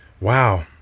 wow